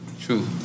True